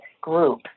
group